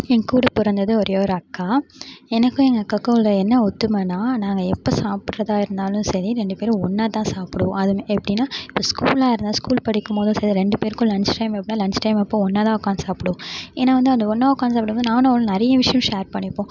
என் கூட பிறந்தது ஒரே ஒரு அக்கா எனக்கும் எங்கள் அக்காவுக்கும் உள்ள என்ன ஒத்துமன்னா நாங்கள் எப்போ சாப்பிட்றதா இருந்தாலும் சரி ரெண்டு பேரும் ஒன்னாகதான் சாப்பிடுவோம் அதுவுமே எப்படின்னா இப்போ ஸ்கூல்லாம் இருந்தால் ஸ்கூல் படிக்கும் போது சரி ரெண்டு பேருக்கும் லஞ்ச் டைம் எப்போன்னா லஞ்ச் டைம் அப்போ ஒன்னாக தான் உட்காந்து சாப்பிடுவோம் ஏன்னா வந்து அந்த ஒன்னாக உட்காந்து சாப்பிடும் போது நானும் அவளும் நிறைய விஷயம் ஷேர் பண்ணிப்போம்